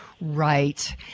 Right